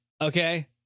Okay